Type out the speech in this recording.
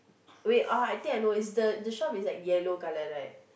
wait oh I think I know it's the the shop is like yellow colour right